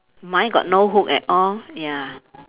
mine got no hook at all ya